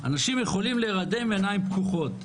אנשים יכולים להירדם עם עיניים פקוחות.